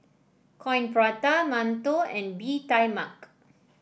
Coin Prata mantou and Bee Tai Mak